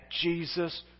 Jesus